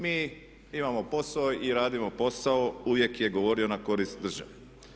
Mi imamo posao i radimo posao, uvijek je govorio na korist države.